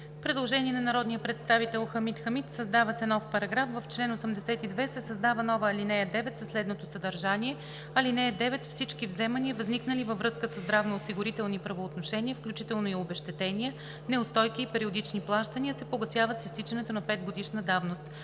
Предложение на народния представител Хамид Хамид – създава нов §..: „В чл. 82 се създава нова ал. 9 със следното съдържание: „(9) Всички вземания, възникнали във връзка със здравноосигурителни правоотношения, включително и обезщетения, неустойки и периодични плащания, се погасяват с изтичането на петгодишна давност.“